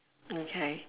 okay